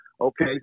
Okay